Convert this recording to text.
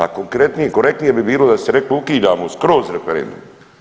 A konkretnije, korektnije bi bilo da ste rekli ukidamo skroz referendum.